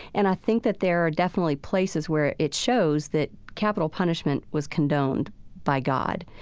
and i think that there are definitely places where it shows that capital punishment was condoned by god.